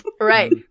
Right